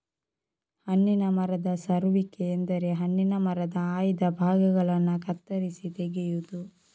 ಹಣ್ಣಿನ ಮರದ ಸರುವಿಕೆ ಎಂದರೆ ಹಣ್ಣಿನ ಮರದ ಆಯ್ದ ಭಾಗಗಳನ್ನ ಕತ್ತರಿಸಿ ತೆಗೆಯುದು